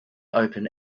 open